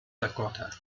dakota